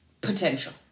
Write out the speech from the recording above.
potential